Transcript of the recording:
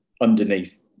underneath